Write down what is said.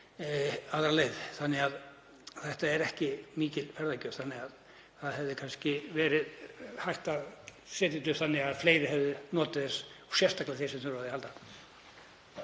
aðra leiðina, þannig að þetta er ekki mikil ferðagjöf. Það hefði kannski verið hægt að setja dæmið upp þannig að fleiri hefðu notið þess og sérstaklega þeir sem þurfa á því að halda.